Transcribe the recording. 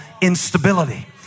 instability